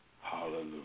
Hallelujah